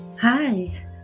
Hi